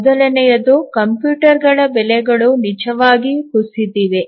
ಮೊದಲನೆಯದು ಕಂಪ್ಯೂಟರ್ಗಳ ಬೆಲೆಗಳು ನಿಜವಾಗಿಯೂ ಕುಸಿದಿವೆ